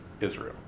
Israel